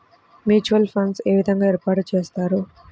Mutual funds ఏ విధంగా ఏర్పాటు చేస్తారు?